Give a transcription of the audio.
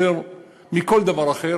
יותר מכל דבר אחר,